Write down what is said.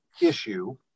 issue